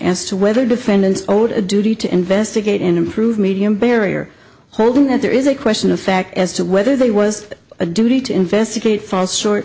as to whether the defendant owed a duty to investigate and improve medium barrier holding that there is a question of fact as to whether they was a duty to investigate falls short